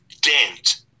dent